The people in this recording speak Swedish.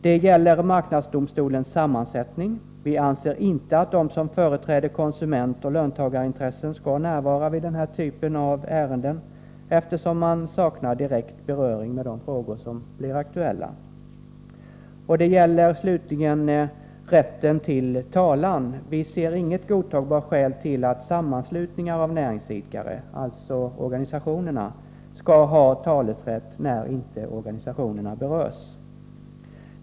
Det gäller marknadsdomstolens sammansättning. Vi anser inte att de som företräder konsumentoch löntagarintressen skall närvara vid den här typen av ärenden, eftersom de saknar direkt beröring med de frågor som blir aktuella. Det gäller slutligen rätten till talan. Vi ser inget godtagbart skäl till att sammanslutningar av näringsidkare, alltså organisationerna, skall ha talesrätt när inte organisationerna berörs.